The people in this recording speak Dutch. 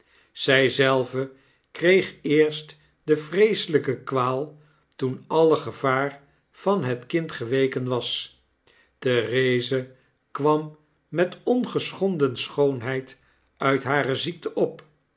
zy zelve kreeg eerst de vreeselyke kwaal toen alle gevaar van het kind geweken was therese kwam met ongeschonden schoonheid nit hare ziekte op